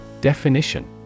Definition